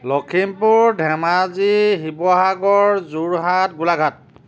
Lakhimpur Dhemaji Sivasagar Jorhat Golaghat